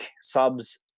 subs